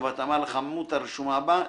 ובהתאמה לכמות הרשומה בה.